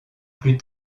plus